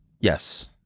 Yes